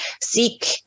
seek